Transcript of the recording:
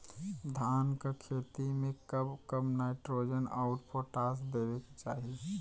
धान के खेती मे कब कब नाइट्रोजन अउर पोटाश देवे के चाही?